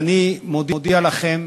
אז אני מודיע לכם